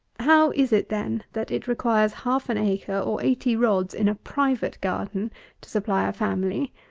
how is it, then, that it requires half an acre, or eighty rods, in a private garden to supply a family,